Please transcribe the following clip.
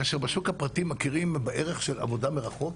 כאשר בשוק הפרטי מכירים בערך של עבודה מרחוק,